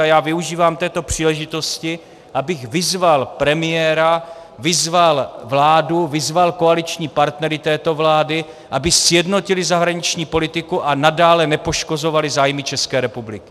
A já využívám této příležitosti, abych vyzval premiéra, vyzval vládu, vyzval koaliční partnery této vlády, aby sjednotili zahraniční politiku a nadále nepoškozovali zájmy České republiky.